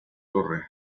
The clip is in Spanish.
torre